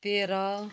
तेह्र